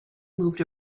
moved